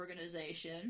Organization